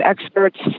experts